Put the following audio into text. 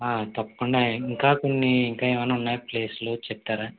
తప్పకుండా ఇంకా కొన్ని ఇంకా ఏమైనా ఉన్నాయా ప్లేస్లు చెప్తారా